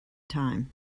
time